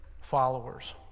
followers